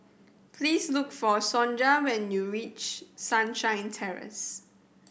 please look for Sonja when you reach Sunshine Terrace